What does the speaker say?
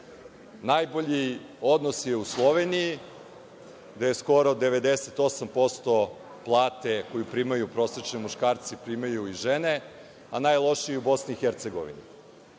Najbolji odnos je u Sloveniji, gde skoro 98% plate koju primaju prosečni muškarci primaju i žene, a najlošiji je